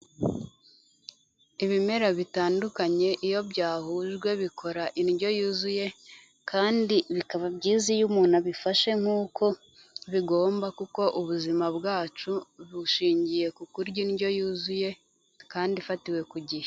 Ibimera bitandukanye iyo byahujwe bikora indyo yuzuye, kandi bikaba byiza iyo umuntu abifashe nk'uko bigomba, kuko ubuzima bwacu bushingiye ku kurya indyo yuzuye kandi ifatiwe ku gihe.